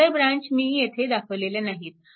इतर ब्रँच मी येथे दाखवलेल्या नाहीत